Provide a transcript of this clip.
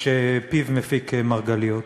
שהוא מפיק מרגליות.